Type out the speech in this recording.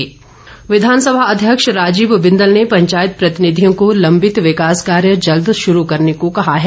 बिंदल विधानसभा अध्यक्ष राजीव बिंदल ने पंचायत प्रतिनिधियों को लम्बित विकास कार्य जल्द शुरू करने को कहा है